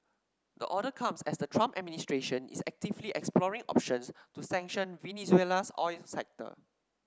the order comes as the Trump administration is actively exploring options to sanction Venezuela's oil sector